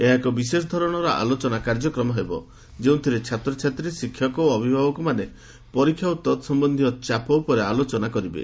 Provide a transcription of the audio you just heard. ଏହା ଏକ ବିଶେଷଧରଣର ଆଲୋଚନା କାର୍ଯ୍ୟକ୍ରମହେବ ଯେଉଁଥିରେ ଛାତ୍ରଛାତ୍ରୀ ଶିକ୍ଷକ ଓ ଅଭିଭାବକମାନେ ପରୀକ୍ଷା ଓ ତତ୍ସମ୍ଧ୍ଧୀୟ ଚାପ ଉପରେ ଆଲୋଚନା କରିବେ